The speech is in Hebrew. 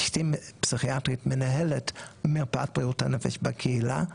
אשתי פסיכיאטרית מנהלת בריאות הנפש בקהילה,